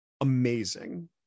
amazing